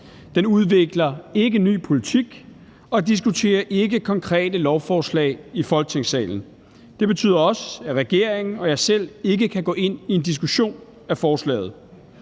Det udvikler ikke en ny politik og diskuterer ikke konkrete lovforslag i Folketingssalen. Det betyder også, at regeringen og jeg selv ikke kan gå ind i en diskussion af forslaget.